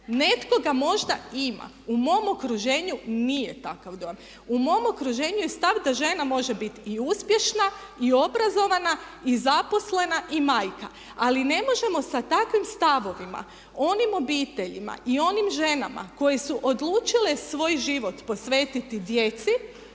Netko ga možda ima. U mom okruženju nije takav dojam. U mom okruženju je stav da žena može bit i uspješna i obrazovana i zaposlena i majka. Ali ne možemo sa takvim stavovima onim obiteljima i onim ženama koje su odlučile svoj život posvetiti djeci,